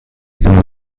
دور